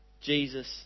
Jesus